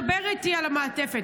דבר איתי על המעטפת,